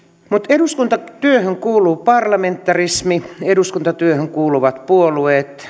eduskuntatyöhön eduskuntatyöhön kuuluu parlamentarismi eduskuntatyöhön kuuluvat puolueet